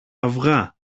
αυγά